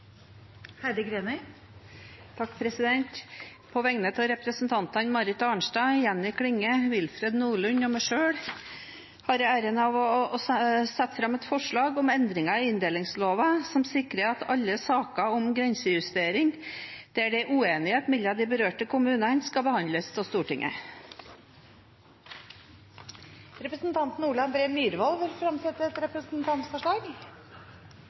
Heidi Greni vil fremsette et representantforslag. På vegne av representantene Marit Arnstad, Jenny Klinge, Willfred Nordlund og meg selv har jeg æren av å sette fram et forslag om endringer i inndelingslova som sikrer at alle saker om grensejustering der det er uenighet mellom de berørte kommunene, skal behandles av Stortinget. Representanten Ole André Myhrvold vil fremsette et representantforslag.